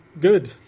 good